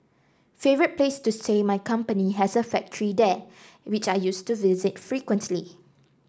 favourite place to stay my company has a factory there which I used to visit frequently